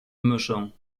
mischung